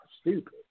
stupid